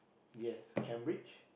yes Cambridge